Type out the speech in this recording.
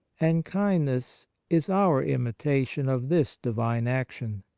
and kindness is our imitation of this divine action.